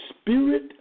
spirit